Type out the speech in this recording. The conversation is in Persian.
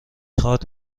خواد